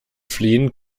fliehend